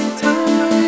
time